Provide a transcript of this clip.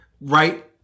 Right